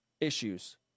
issues